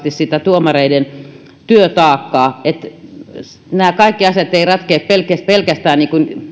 jatkuvasti sitä tuomareiden työtaakkaa nämä kaikki asiat eivät ratkea pelkästään pelkästään